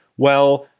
well,